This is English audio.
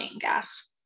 gas